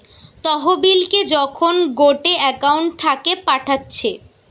তহবিলকে যখন গটে একউন্ট থাকে পাঠাচ্ছে